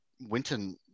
Winton